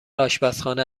آشپزخانه